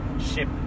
ship